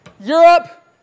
Europe